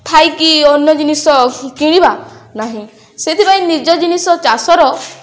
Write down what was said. ଥାଇକି ଅନ୍ୟ ଜିନିଷ କିଣିବା ନାହିଁ ସେଥିପାଇଁ ନିଜ ଜିନିଷ ଚାଷର